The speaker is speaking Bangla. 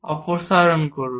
অপসারণ করুন